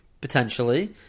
potentially